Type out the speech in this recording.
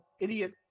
idiot